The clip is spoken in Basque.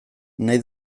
nahi